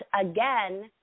again